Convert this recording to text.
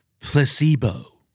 Placebo